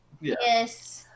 Yes